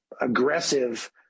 aggressive